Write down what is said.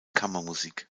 kammermusik